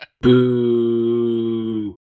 Boo